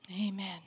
Amen